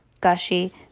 gushy